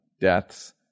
deaths